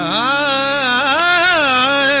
aa